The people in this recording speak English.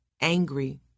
angry